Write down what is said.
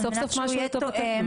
על מנת הוא יהיה תואם